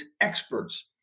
experts